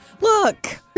look